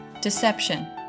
deception